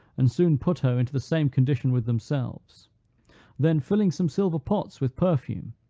and soon put her into the same condition with themselves then filling some silver pots with perfume,